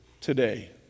today